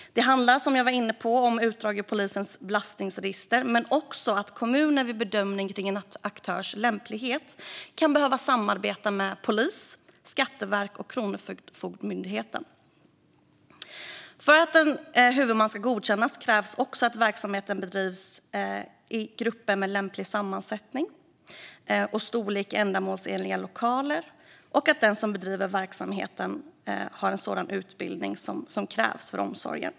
Det handlar, som jag var inne på, om utdrag ur polisens belastningsregister men också om att kommuner vid bedömning av en aktörs lämplighet kan behöva samarbeta med polis, Skatteverket och Kronofogdemyndigheten. För att en huvudman ska godkännas krävs också att verksamheten bedrivs i grupper med en lämplig sammansättning och storlek i ändamålsenliga lokaler och att den som bedriver verksamheten har sådan utbildning som krävs för omsorgen.